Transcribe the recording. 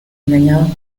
engañados